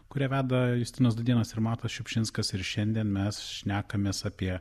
kurią veda justinas dudėnas ir matas šiupšinskas ir šiandien mes šnekamės apie